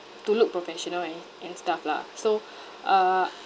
to look professional and and stuff lah so uh